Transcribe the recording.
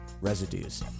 Residues